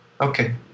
Okay